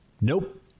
Nope